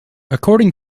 according